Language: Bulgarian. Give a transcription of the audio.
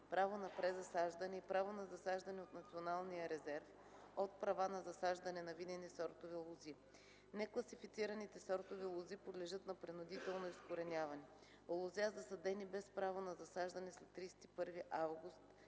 право на презасаждане и право на засаждане от националния резерв на права на засаждане на винени сортове лози. Некласифицираните сортове лози подлежат на принудително изкореняване. Лозя, засадени без право на засаждане след 31 август